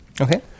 Okay